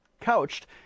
couched